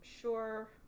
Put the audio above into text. sure